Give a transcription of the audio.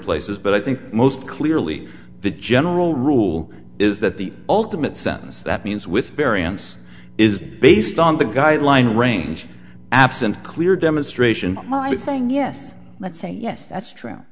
places but i think most clearly the general rule is that the ultimate sentence that means with variance is based on the guideline range absent clear demonstration my thing yes let's say yes that's true